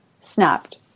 snapped